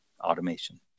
automation